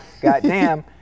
goddamn